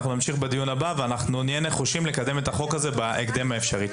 אנחנו נמשיך בדיון הבא ונהיה נחושים לקדם את החוק הזה בהקדם האפשרי.